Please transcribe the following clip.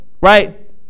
right